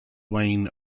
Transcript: wayne